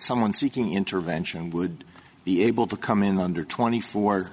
someone seeking intervention would be able to come in under twenty four